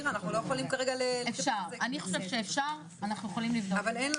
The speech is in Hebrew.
אני אומר שצריך לתת כסף ייעודי לנושא